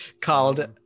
called